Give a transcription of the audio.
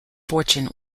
fortune